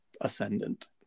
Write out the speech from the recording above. ascendant